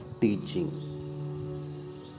teaching